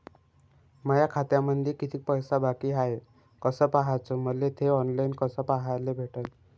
माया खात्यामंधी किती पैसा बाकी हाय कस पाह्याच, मले थे ऑनलाईन कस पाह्याले भेटन?